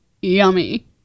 yummy